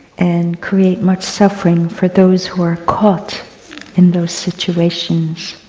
and create much suffering for those who are caught in those situations.